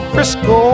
Frisco